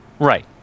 Right